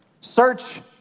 Search